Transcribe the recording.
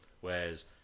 whereas